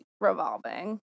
revolving